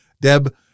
deb